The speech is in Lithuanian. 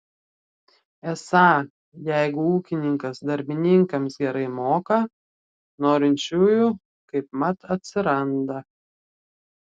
esą jeigu ūkininkas darbininkams gerai moka norinčiųjų kaipmat atsiranda